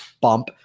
bump